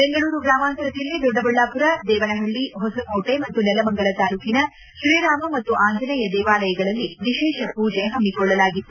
ಬೆಂಗಳೂರು ಗ್ರಾಮಾಂತರ ಜಿಲ್ಲೆ ದೊಡ್ಡಬಳ್ಳಾಮರ ದೇವನಹಳ್ಳಿ ಹೊಸಕೋಟೆ ಮತ್ತು ನೆಲಮಂಗಲ ತಾಲೂಕಿನ ಶ್ರೀ ರಾಮ ಮತ್ತು ಅಂಜನೇಯ ದೇವಾಲಯಗಳಲ್ಲಿ ವಿಶೇಷ ಪೂಜೆ ಹಮ್ಮಿಕೊಳ್ಳಲಾಗಿತ್ತು